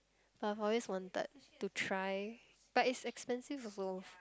I've always wanted to try but it's expensive also